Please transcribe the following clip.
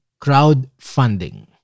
crowdfunding